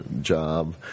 Job